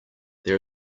there